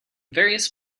various